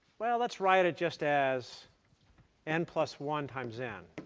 well, let's write it just as n plus one times n,